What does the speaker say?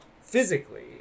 physically